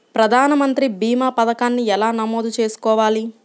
ప్రధాన మంత్రి భీమా పతకాన్ని ఎలా నమోదు చేసుకోవాలి?